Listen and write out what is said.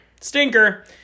Stinker